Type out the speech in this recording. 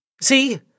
See